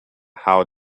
how